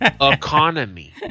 economy